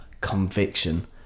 conviction